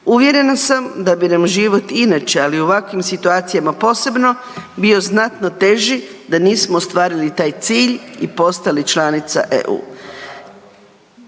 Uvjerena sam da bi nam život inače, ali u ovakvim situacijama posebno, bio znatno teži da nismo ostvarili taj cilj i postali članica EU.